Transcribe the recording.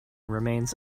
remains